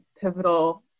pivotal